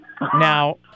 Now